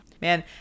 Man